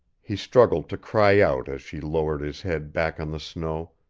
he struggled to cry out as she lowered his head back on the snow,